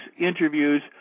interviews